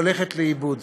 הולכת לאיבוד.